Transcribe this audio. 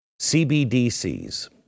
CBDCs